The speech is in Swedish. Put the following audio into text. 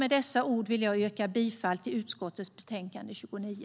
Med dessa ord vill jag yrka bifall till utskottets förslag i betänkande 29.